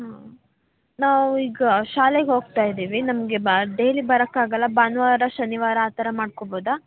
ಹಾಂ ನಾವು ಈಗ ಶಾಲೆಗೆ ಹೋಗ್ತಾ ಇದ್ದೀವಿ ನಮಗೆ ಬಾ ಡೈಲಿ ಬರಕ್ಕಾಗಲ್ಲ ಭಾನುವಾರ ಶನಿವಾರ ಆ ಥರ ಮಾಡ್ಕೋಬೋದ